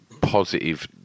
positive